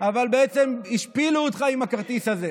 אבל בעצם השפילו אותך עם הכרטיס הזה,